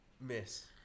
miss